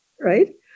right